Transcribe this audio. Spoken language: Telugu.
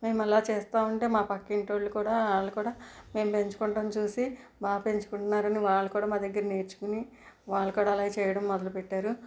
మేము అలా చేస్తూ ఉంటే మా పక్కింటి వాళ్ళు కూడా వాళ్ళు కూడా మేము పెంచుకుంటం చూసి బాగా పెంచుకుంటున్నారు అండి వాళ్ళు కూడా మా దగ్గర నేర్చుకోని వాళ్ళు కూడా అలానే చెయ్యడం మొదలు పెట్టారు